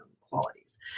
qualities